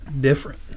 different